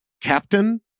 Captain